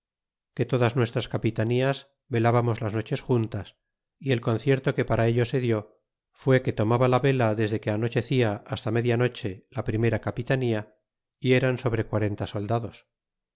que todas nuestras capitanías velábamos las noches juntas y el concierto que para ello se die fue que tomaba la vela desde que anochecia hasta media noche la primera capitanía y eran sobre quarenta soldados